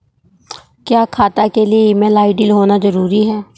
क्या खाता के लिए ईमेल आई.डी होना जरूरी है?